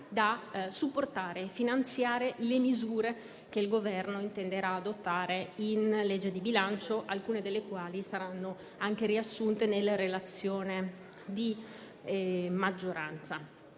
da supportare e finanziare le misure che il Governo intenderà adottare in legge di bilancio, alcune delle quali saranno anche riassunte nella relazione di maggioranza.